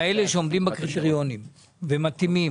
כאלה שעומדים בקריטריונים ומתאימים.